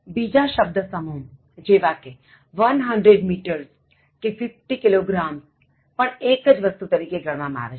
બીજા શબ્દ સમૂહ જેવા કે one hundred meters કે fifty kilograms પણ એક જ વસ્તુ તરીકે ગણવામાં આવે છે